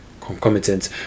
concomitant